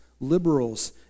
liberals